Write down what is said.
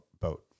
boat